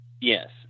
yes